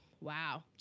Wow